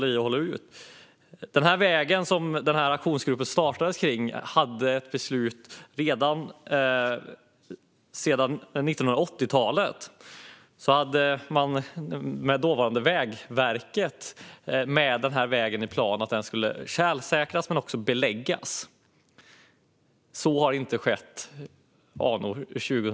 När det gäller den väg som aktionsgruppen startades kring fanns det ett beslut från 1980-talet där dåvarande Vägverket hade vägen med i plan. Den skulle tjälsäkras och också beläggas. Så har inte skett anno 2019.